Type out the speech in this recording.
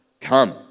Come